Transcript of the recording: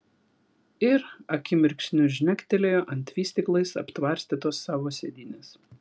ir akimirksniu žnektelėjo ant vystyklais aptvarstytos savo sėdynės